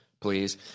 please